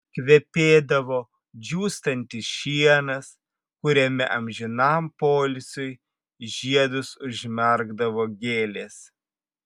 kvepėdavo džiūstantis šienas kuriame amžinam poilsiui žiedus užmerkdavo gėlės